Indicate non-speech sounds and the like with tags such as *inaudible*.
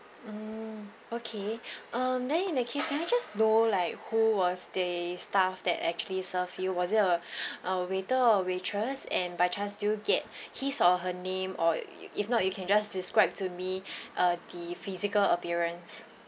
mm okay um then in that case can I just know like who was the staff that actually serve you was it a *breath* our waiter or waitress and by chance did you get his or her name or if not you can just describe to me err the physical appearance